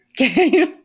okay